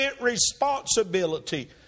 responsibility